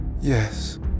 Yes